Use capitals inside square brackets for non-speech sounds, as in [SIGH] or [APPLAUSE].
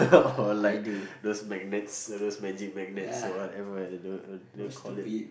or [LAUGHS] like those magnets like those magic magnets or whatever they the call it